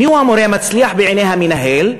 מיהו המורה המצליח בעיני המנהל?